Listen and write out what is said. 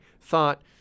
thought